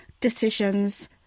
decisions